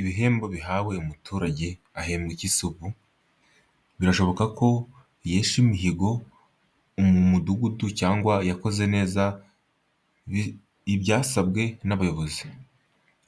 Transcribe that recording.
Ibihembo bihawe umuturage, ahembewe iki se ubu? Birashoboka ko yeshe imihigo mu mudugudu cyangwa yakoze neza ibyasabwe n'abayobozi.